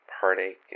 heartache